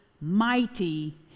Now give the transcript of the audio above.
mighty